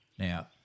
Now